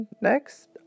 next